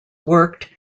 worked